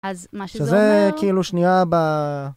אז מה שזה אומר? שזה כאילו שנייה ב...